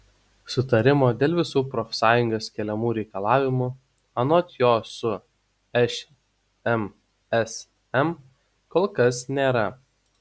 sutarimo dėl visų profsąjungos keliamų reikalavimų anot jo su šmsm kol kas nėra